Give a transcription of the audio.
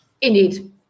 Indeed